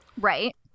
Right